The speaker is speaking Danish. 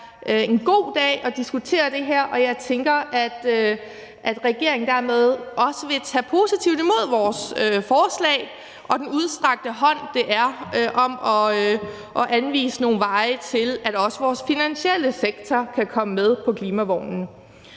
en god dag at diskutere det her, og jeg tænker, at regeringen dermed også vil tage positivt imod vores forslag og den udstrakte hånd, som det er, i forhold til at anvise nogle veje til, at også vores finansielle sektor kan komme med på klimavognen.